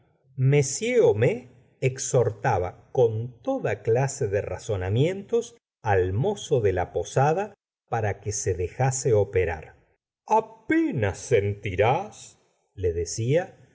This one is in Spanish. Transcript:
m homis exhortaba con toda clase de razonamientos al mozo de la posada para que se dejase operar apenas sentirás le decia